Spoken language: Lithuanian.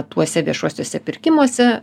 tuose viešuosiuose pirkimuose